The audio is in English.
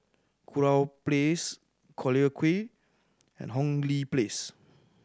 Kurau Place Collyer Quay and Hong Lee Place